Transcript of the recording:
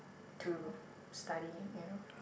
to study you know